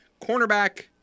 cornerback